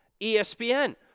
ESPN